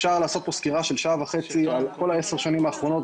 אפשר לעשות פה סקירה של שעה וחצי על כל עשר השנים האחרונות,